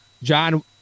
john